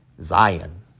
Zion